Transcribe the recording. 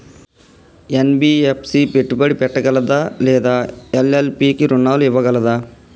NBFC పెట్టుబడి పెట్టగలదా లేదా ఎల్.ఎల్.పి కి రుణాలు ఇవ్వగలదా?